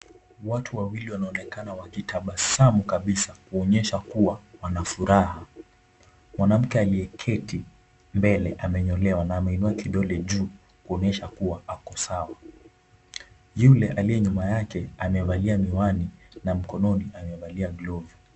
Watu wawili wanaonekana wakitabasamu kabisa kuonyesha kuwa wanafuraha. Mwanamke aliyeketi mbele amenyolewa na ameinua kidole juu kuonyesha kuwa ako sawa. Yule aliye nyuma yake amevalia miwani na mikononi amevalia glovu.